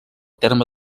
terme